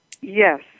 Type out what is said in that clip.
Yes